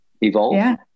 evolve